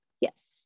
Yes